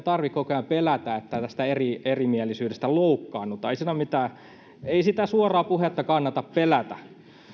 tarvitse koko ajan pelätä että tästä erimielisyydestä loukkaannutaan ei sitä suoraa puhetta kannata pelätä